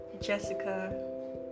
Jessica